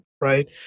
right